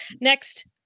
next